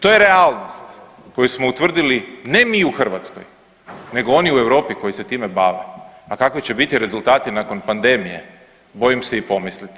To je realnost koju smo utvrdili ne mi u Hrvatskoj nego oni u Europi koji se time bave, a kakvi će biti rezultati nakon pandemije bojim se i pomisliti.